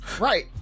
right